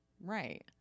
Right